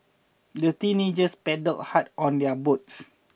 the teenagers paddled hard on their boats